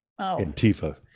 Antifa